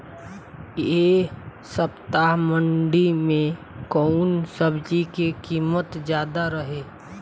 एह सप्ताह मंडी में कउन सब्जी के कीमत ज्यादा रहे?